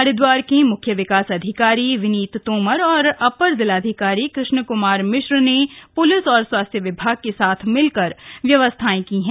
हरिदवार के मुख्य विकास अधिकारी विनीत तोमर और अपर जिलाधिकारी कृष्ण कुमार मिश्र ने प्लिस और स्वास्थय विभाग के साथ मिलकर व्यवस्थाएं की हैं